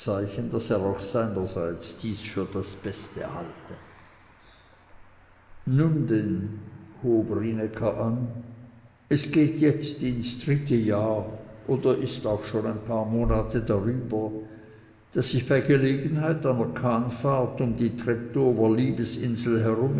daß er auch seinerseits dies für das beste halte nun denn hob rienäcker an es geht jetzt ins dritte jahr oder ist auch schon ein paar monate dar über daß ich bei gelegenheit einer kahnfahrt um die treptower liebesinsel herum